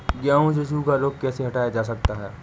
गेहूँ से सूखा रोग कैसे हटाया जा सकता है?